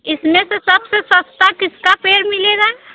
इसमें से सबसे सस्ता किसका पेड़ मिलेगा